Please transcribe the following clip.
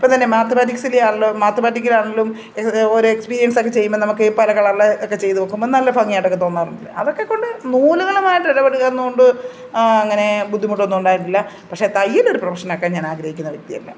ഇപ്പോള്ത്തന്നെ മാത്തമാറ്റിക്സിലെ ആണേലും മാത്തമാറ്റിക്കൽ ആണേലും ഒരെക്സ്പീരിയൻസൊക്കെ ചെയ്യുമ്പോള് നമുക്കീ പല കളറില് ഒക്കെ ചെയ്ത് വയ്ക്കുമ്പോള് നല്ല ഭംഗിയായിട്ടൊക്കെ തോന്നാറുണ്ട് അതൊക്കെക്കൊണ്ട് നൂലുകളുമായിട്ട് ഇടപെടുന്നതുകൊണ്ട് അങ്ങനെ ബുദ്ധിമുട്ടൊന്നും ഉണ്ടായിട്ടില്ല പക്ഷെ തയ്യലൊരു പ്രൊഫെഷനാക്കാൻ ഞാനാഗ്രഹിക്കുന്ന വ്യക്തിയല്ല